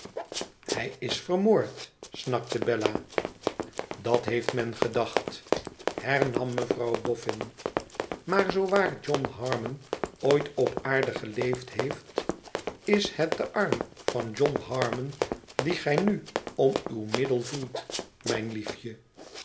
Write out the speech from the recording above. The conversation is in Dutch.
hij is vermoord snakte bella dat heeft men gedacht hernam mevrouw boffin maar zoo waar john harmon ooit op aarde geleefd heeft is het de arm van johnharmon dien gij nu om uw middel voelt mijn liefje